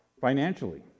financially